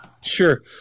Sure